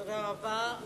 תודה רבה.